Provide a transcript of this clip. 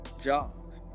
jobs